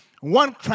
One